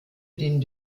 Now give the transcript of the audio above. den